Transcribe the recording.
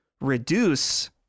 reduce